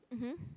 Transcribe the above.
mmhmm